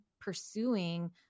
pursuing